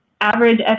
average